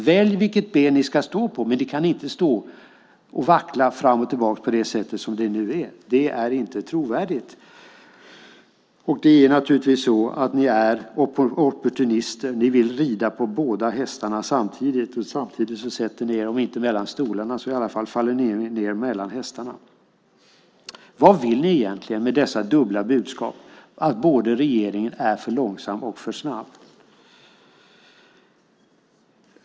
Välj vilket ben ni ska stå på! Ni kan inte stå och vackla fram och tillbaka på det sätt som ni nu gör. Det är inte trovärdig. Ni är opportunister; ni vill rida på båda hästarna samtidigt. Men samtidigt faller ni om inte mellan stolarna så i alla fall mellan hästarna. Vad vill ni egentligen med dessa dubbla budskap om att regeringen är både för långsam och för snabb?